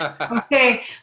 okay